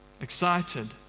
excited